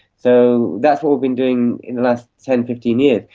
so that's what we've been doing in the last ten, fifteen years,